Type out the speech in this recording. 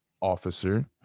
officer